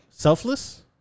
Selfless